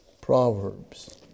Proverbs